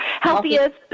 healthiest